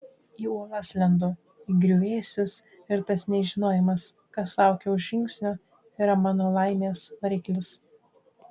į uolas lendu į griuvėsius ir tas nežinojimas kas laukia už žingsnio yra mano laimės variklis